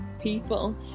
people